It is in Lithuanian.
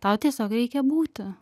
tau tiesiog reikia būti